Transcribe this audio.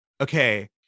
okay